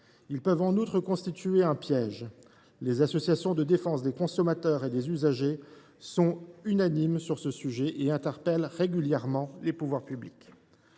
Ils peuvent en outre constituer un piège : les associations de défense des consommateurs et des usagers sont unanimes sur ce sujet et interpellent régulièrement les pouvoirs publics.